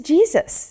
Jesus